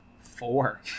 four